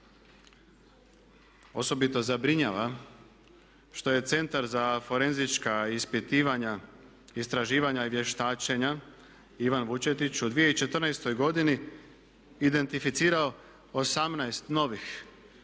Osobito zabrinjava što je centar za forenzička ispitivanja, istraživanja i vještačenja Ivan Vučetić u 2014. godini identificirao 8 novih